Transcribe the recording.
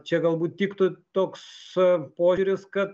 čia galbūt tiktų toks a požiūris kad